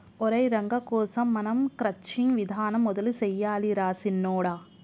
ఒరై రంగ కోసం మనం క్రచ్చింగ్ విధానం మొదలు సెయ్యాలి రా సిన్నొడా